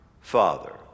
Father